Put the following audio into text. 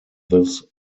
this